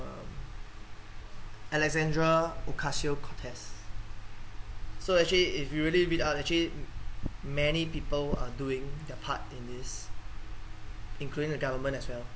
alexandra ocasio-cortez so actually if you really read up actually many people are doing their part in this including the government as well